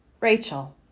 Rachel